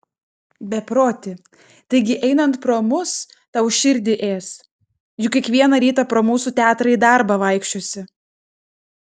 beproti taigi einant pro mus tau širdį ės juk kiekvieną rytą pro mūsų teatrą į darbą vaikščiosi